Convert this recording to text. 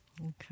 Okay